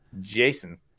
Jason